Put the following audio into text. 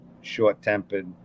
short-tempered